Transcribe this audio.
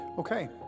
Okay